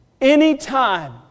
Anytime